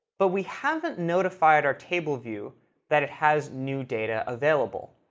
but we haven't notified our table view that it has new data available.